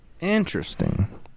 Interesting